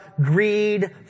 greed